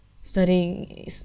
studying